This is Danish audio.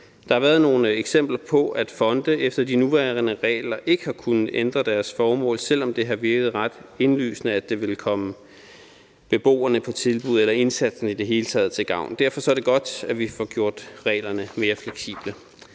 Der har været nogle eksempler på, at fonde efter de nuværende regler ikke har kunnet ændre deres formål, selv om det har virket ret indlysende, at det ville komme beboerne på tilbuddet eller indsatsen i det hele taget til gavn. Derfor er det godt, at vi får gjort reglerne mere fleksible.